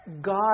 God